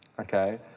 okay